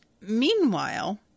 meanwhile